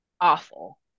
awful